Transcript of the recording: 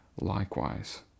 likewise